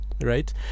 Right